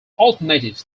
alternative